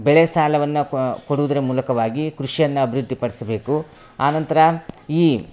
ಬೆಳೆ ಸಾಲವನ್ನು ಕೊಡುವುದರ ಮೂಲಕವಾಗಿ ಕೃಷಿಯನ್ನ ಅಭಿವೃದ್ದಿ ಪಡಿಸ್ಬೇಕು ಆ ನಂತರ ಈ